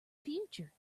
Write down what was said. future